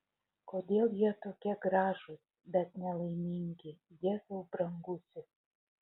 kodėl jie tokie gražūs bet nelaimingi jėzau brangusis